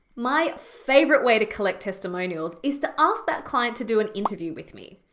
my favorite way to collect testimonials is to ask that client to do an interview with me.